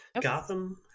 Gotham